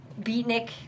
beatnik